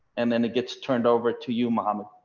and then it gets turned over to you, mohammed.